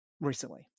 recently